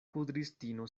kudristino